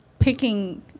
Picking